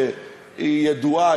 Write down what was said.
שהיא ידועה,